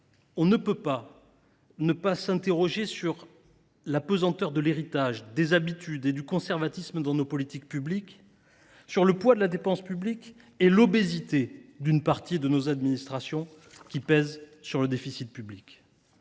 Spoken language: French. on ne peut pas ne pas s’interroger sur la pesanteur de l’héritage, des habitudes et du conservatisme dans nos politiques publiques, sur le poids de la dépense publique et l’obésité d’une partie de nos administrations qui grèvent le déficit public.